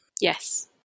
Yes